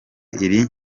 iri